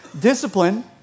discipline